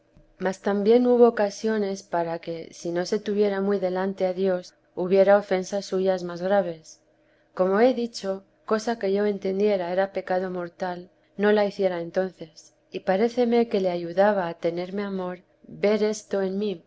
a sania madre ocasiones para que si no se tuviera muy delante a dios hubiera ofensas suyas más graves como he dicho cosa que yo entendiera era pecado mortal no la hiciera entonces y paréceme que le ayudaba a tenerme amor ver esto en mí